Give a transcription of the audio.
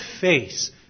face